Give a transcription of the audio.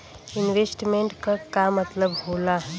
Investment क का मतलब हो ला?